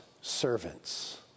servants